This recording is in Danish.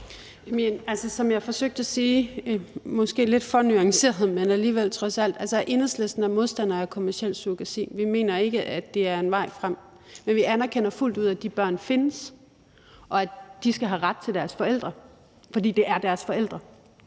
Som jeg forsøgte at sige – måske lidt for nuanceret, men trods alt alligevel – er Enhedslisten modstandere af kommerciel surrogati. Vi mener ikke, at det er en vej frem, men vi anerkender fuldt ud, at de børn findes, og at de skal have ret til deres forældre, fordi det er deres forældre.